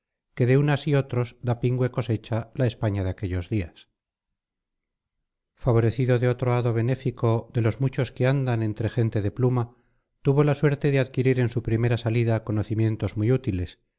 que de unas y otros da pingüe cosecha la españa de aquellos días favorecido de otro hado benéfico de los muchos que andan entre gente de pluma tuvo la suerte de adquirir en su primera salida conocimientos muy útiles